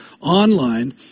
online